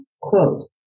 quote